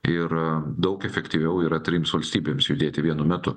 ir daug efektyviau yra trims valstybėms judėti vienu metu